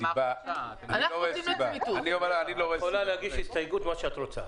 את יכולה להגיש הסתייגות על מה שאת רוצה.